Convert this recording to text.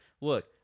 Look